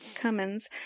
Cummins